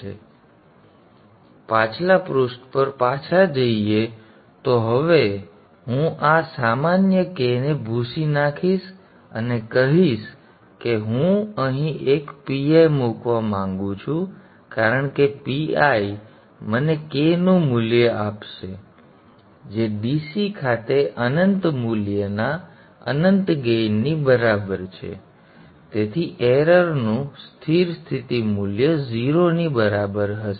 તેથી પાછલા પૃષ્ઠ પર પાછા જઈએ તો હવે હું આ સામાન્ય k ને ભૂંસી નાખીશ અને કહીશ કે હું અહીં એક PI મૂકવા માંગુ છું કારણ કે PI મને k નું મૂલ્ય આપશે જે DC ખાતે અનંત મૂલ્યના અનંત ગેઇનની બરાબર છે તેથી ભૂલનું સ્થિર સ્થિતિ મૂલ્ય 0 ની બરાબર હશે